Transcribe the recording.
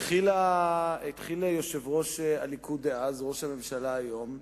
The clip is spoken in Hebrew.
התחיל יושב-ראש הליכוד דאז, ראש הממשלה היום,